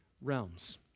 realms